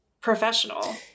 professional